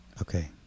Okay